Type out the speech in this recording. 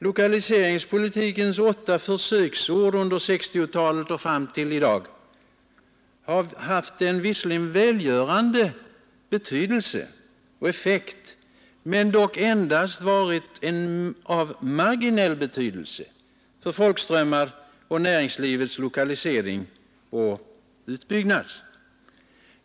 Lokaliseringspolitikens åtta försöksår under 1960-talet och fram till i dag har haft en visserligen välgörande effekt men dock endast varit av marginell betydelse för folkströmmar och för näringslivets lokalisering och utbyggnad.